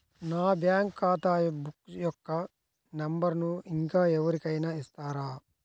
నా బ్యాంక్ ఖాతా బుక్ యొక్క నంబరును ఇంకా ఎవరి కైనా ఇస్తారా?